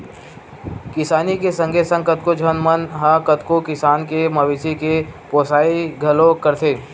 किसानी के संगे संग कतको झन मन ह कतको किसम के मवेशी के पोसई घलोक करथे